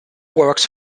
works